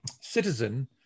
citizen